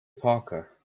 parker